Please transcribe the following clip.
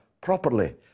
properly